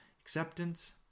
acceptance